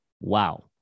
Wow